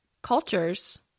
cultures